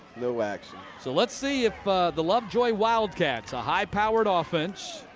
no action. so let's see if the lovejoy wildcats, a high-powered ah offense,